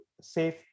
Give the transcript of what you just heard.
safe